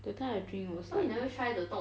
that time I drink was like